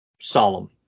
solemn